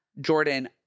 Jordan